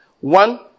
One